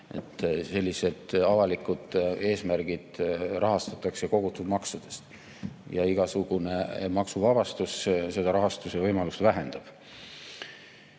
Selliseid avalikke eesmärke rahastatakse kogutud maksudest ja igasugune maksuvabastus seda rahastuse võimalust vähendab.